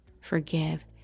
forgive